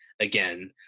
again